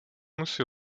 musí